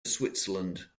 switzerland